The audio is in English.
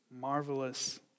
marvelous